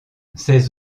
ses